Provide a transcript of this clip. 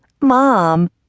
Mom